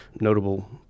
notable